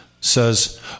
says